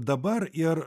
dabar ir